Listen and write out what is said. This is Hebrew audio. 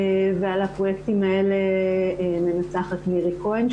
על הפרויקטים האלה מנצחת מירי כהן,